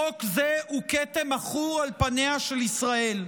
חוק זה הוא כתם עכור על פניה של ישראל.